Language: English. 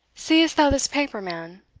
seest thou this paper, man?